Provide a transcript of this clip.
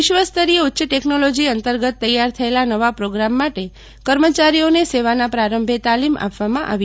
વિશ્વ સ્તરીય ઉચ્ય ટેકનોલોજી અંતર્ગત તૈયાર થયેલા નવા પ્રોગ્રામ માટે કર્મચારીઓને સેવાના પ્રારંભે તાલીમ આપવામાં આવી હતી